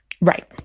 Right